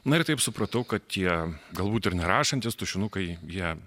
na ir taip supratau kad tie galbūt ir nerašantys tušinukai jie